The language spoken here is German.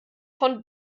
von